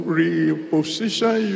reposition